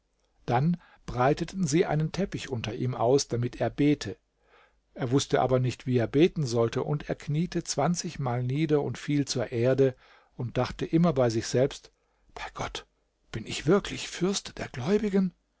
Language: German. dann breiteten sie einen teppich unter ihm aus damit er bete er wußte aber nicht wie er beten sollte und er kniete zwanzigmal nieder und fiel zur erde und dachte immer bei sich selbst bei gott bin ich wirklich fürst der gläubigen